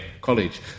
College